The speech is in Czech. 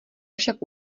však